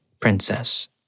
princess